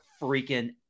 freaking